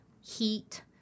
heat